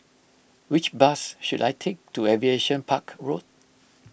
which bus should I take to Aviation Park Road